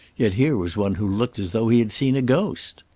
yet here was one who looked as though he had seen a ghost.